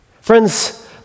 Friends